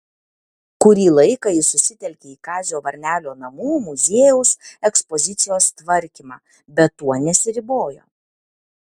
kurį laiką ji susitelkė į kazio varnelio namų muziejaus ekspozicijos tvarkymą bet tuo nesiribojo